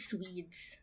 Swedes